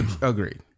Agreed